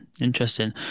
Interesting